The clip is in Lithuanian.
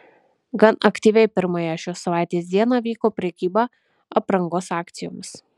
gan aktyviai pirmąją šios savaitės dieną vyko prekyba aprangos akcijomis